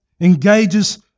engages